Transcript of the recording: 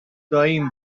داییم